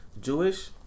Jewish